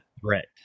threat